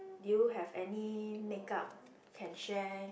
you have any makeup can share